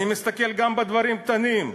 אני מסתכל גם בדברים קטנים.